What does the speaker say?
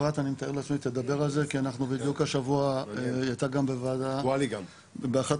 אפרת תדבר על זה כי בדיוק השבוע היא הייתה בוועדת הכספים.